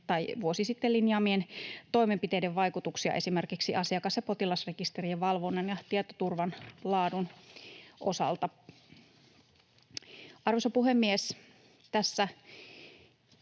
vuosi sitten linjaamien toimenpiteiden vaikutuksia esimerkiksi asiakas- ja potilasrekisterien valvonnan ja tietoturvan laadun osalta. Arvoisa puhemies! Tässä